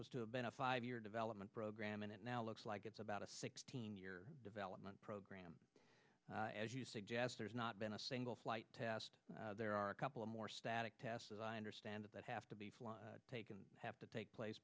was to have been a five year development program and it now looks like it's about a sixteen year development program as you suggest there's not been a single flight test there are a couple of more static tests that i understand that have to be taken have to take place